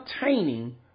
obtaining